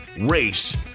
race